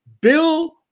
Bill